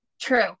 True